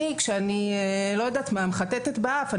כשאני מחטטת באף,